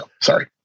sorry